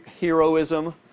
heroism